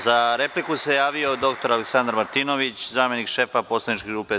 Za repliku se javio dr Aleksandar Martinović, zamenik šefa poslaničke grupe SNS.